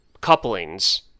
couplings